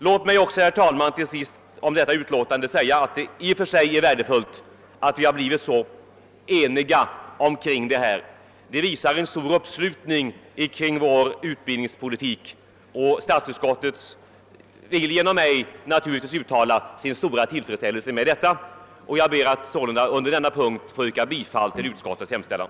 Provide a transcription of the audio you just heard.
Låt mig också, herr talman, till sist om detta utlåtande säga att det i och för sig är värdefullt att vi blivit så eniga i denna fråga. Det visar en stor uppslutning kring vår utbildningspolitik, och statsutskottet vill genom mig naturligtvis uttala sin stora tillfredsställelse över detta. Jag ber att under denna punkt få yrka bifall till utskottets hemställan.